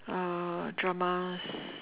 uh dramas